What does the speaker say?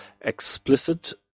explicit